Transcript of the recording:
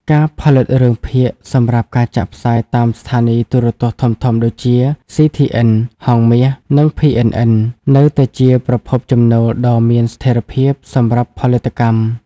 ការផលិតរឿងភាគសម្រាប់ចាក់ផ្សាយតាមស្ថានីយទូរទស្សន៍ធំៗដូចជា CTN, Hang Meas និង PNN នៅតែជាប្រភពចំណូលដ៏មានស្ថិរភាពសម្រាប់ផលិតកម្ម។